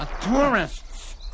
Tourists